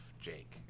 Jake